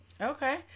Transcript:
Okay